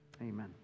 Amen